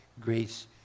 grace